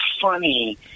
funny